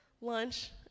lunch